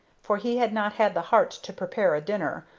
for he had not had the heart to prepare a dinner,